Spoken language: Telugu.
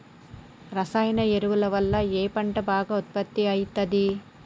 రసాయన ఎరువుల వల్ల ఏ పంట బాగా ఉత్పత్తి అయితది?